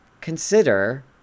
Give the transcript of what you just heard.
consider